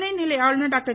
துணைநிலை ஆளுநர் டாக்டர்